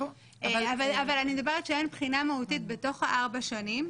אני מדברת שאין בחינה מהותית בתוך הארבע שנים,